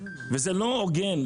וזה לא הוגן.